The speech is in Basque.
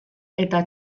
eta